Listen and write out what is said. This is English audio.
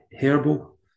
herbal